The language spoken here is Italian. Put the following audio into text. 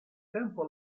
tempo